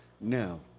Now